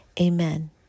Amen